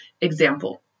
example